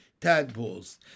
tadpoles